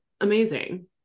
amazing